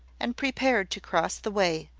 and prepared to cross the way,